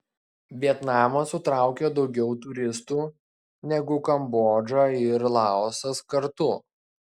vietnamas sutraukia daugiau turistų negu kambodža ir laosas kartu